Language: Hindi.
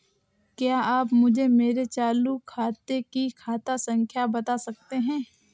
क्या आप मुझे मेरे चालू खाते की खाता संख्या बता सकते हैं?